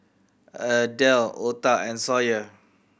Adel Ota and Sawyer